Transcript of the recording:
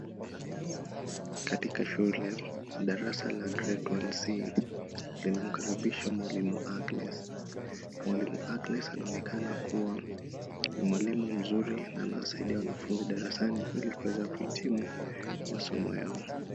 Katika shule darasa la grade 1c , linamkaribisha mwalimu Agnes. Mwalimu agnes anaonekana kuwa ni mwalimu mzuri na anawasaidia wanafunzi darasani ili kuweza kuhitimu masomo yao.